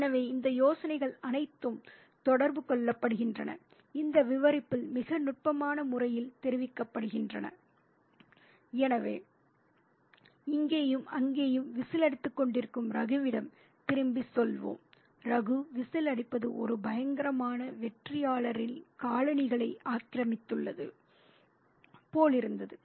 எனவே இந்த யோசனைகள் அனைத்தும் தொடர்பு கொள்ளப்படுகின்றன இந்த விவரிப்பில் மிக நுட்பமான முறையில் தெரிவிக்கப்படுகின்றன ஆகவே இங்கேயும் அங்கேயும் விசில் அடித்துக்கொண்டிருக்கும் ரகுவிடம் திரும்பிச் செல்வோம் ராகு விசில் அடிப்பது ஒரு பயங்கரமான வெற்றியாளரின் காலணிகளை ஆக்கிரமித்துள்ளது போலிருந்தது